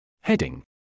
Heading